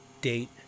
Date